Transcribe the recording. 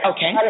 Okay